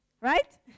Right